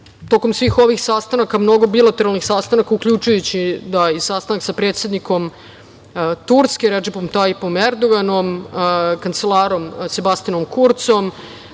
svih ovih sastanaka, mnogo bilateralnih sastanaka uključujući i sastanak sa predsednikom Turske, Redžepom Tajipom Erdoganom, kancelarom Sebastijanom Kurcom,